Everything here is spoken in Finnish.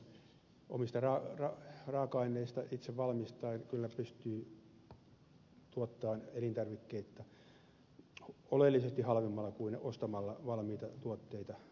omista raaka aineista itse valmistaen kyllä pystyy tekemään ruokaa oleellisesti halvemmalla kuin ostamalla valmiita tuotteita kaupan tiskiltä